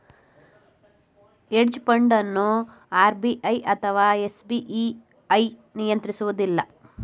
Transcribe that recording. hedge fund ಅನ್ನು RBI ಅಥವಾ SEBI ನಿಯಂತ್ರಿಸುವುದಿಲ್ಲ